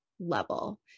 Level